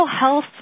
health